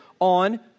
On